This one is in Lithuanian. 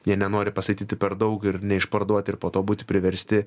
jie nenori pastatyti per daug ir neišparduoti ir po to būti priversti